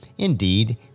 Indeed